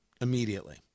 immediately